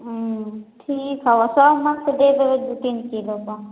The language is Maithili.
हुँ ठीक हइ सबमेसँ दऽ देबै दुइ तीन किलोके